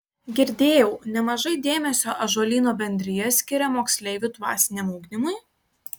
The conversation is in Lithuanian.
girdėjau nemažai dėmesio ąžuolyno bendrija skiria moksleivių dvasiniam ugdymui